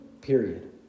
period